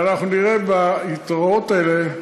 ואנחנו נראה ביתרות האלה,